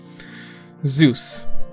Zeus